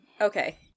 okay